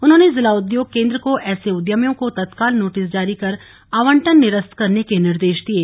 उन्होंने जिला उद्योग केन्द्र को ऐसे उद्यमियों को तत्काल नोटिस जारी कर आवंटन निरस्त करने के निर्देश दिये